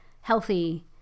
healthy